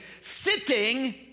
sitting